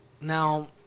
Now